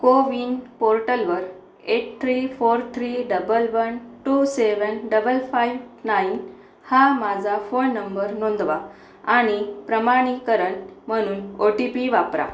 कोविन पोर्टलवर eight three four three double one two seven double five nine हा माझा phone number नोंदवा आणि प्रमाणीकरण म्हणून ओ टी पी वापरा